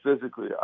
physically